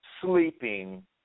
sleeping